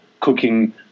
cooking